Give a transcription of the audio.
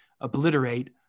obliterate